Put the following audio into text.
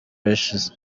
ashes